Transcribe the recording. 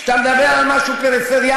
כשאתה מדבר על משהו פריפריאלי,